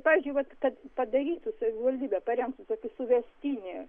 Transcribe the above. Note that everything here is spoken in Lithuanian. pavyzdžiui vat kad padarytų savivaldybė parengtų tokį suvestinį